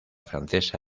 francesa